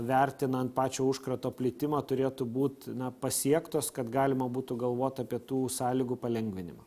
vertinant pačią užkrato plitimą turėtų būt pasiektos kad galima būtų galvot apie tų sąlygų palengvinimą